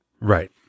Right